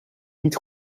niet